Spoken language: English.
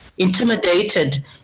intimidated